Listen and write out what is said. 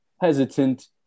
hesitant